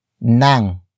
nang